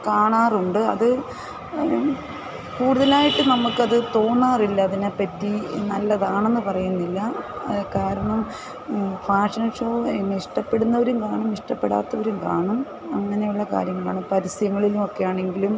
കാണാറുണ്ട് അത് കൂടുതലായിട്ട് നമ്മക്കത് തോന്നാറില്ല അതിനെപ്പറ്റി നല്ലതാണെന്ന് പറയുന്നില്ല കാരണം ഫാഷൻ ഷോ അതിനെ ഇഷ്ടപ്പെടുന്നവരും കാണും ഇഷ്ടപ്പെടാത്തവരും കാണും അങ്ങനെയുള്ള കാര്യങ്ങളാണ് പരസ്യങ്ങളിലുമൊക്കെയാണെങ്കിലും